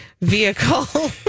vehicle